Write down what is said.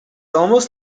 almost